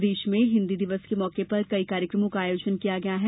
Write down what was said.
प्रदेश में हिन्दी दिवस के मौके पर कई कार्यक्रमों का आयोजन किया गया है